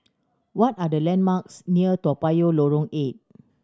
what are the landmarks near Toa Payoh Lorong Eight